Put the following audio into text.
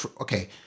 okay